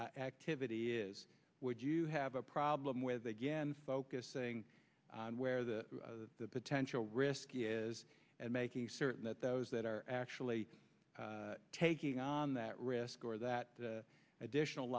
activity is would you have a problem with again focusing on where the potential risk is and making certain that those that are actually taking on that risk or that additional